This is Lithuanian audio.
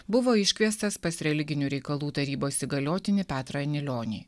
buvo iškviestas pas religinių reikalų tarybos įgaliotinį petrą anilionį